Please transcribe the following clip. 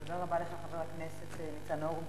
תודה רבה לך, חבר הכנסת ניצן הורוביץ.